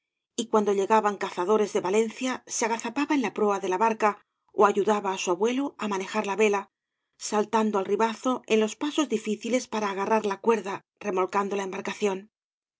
y cuando llegaban cazadores de valencia be agazapaba en la proa de la barca ó ayudaba á su abuelo manejar la vela saltando al ribazo en los pasos difíciles para agarrar la cuerda remolcando la embarcación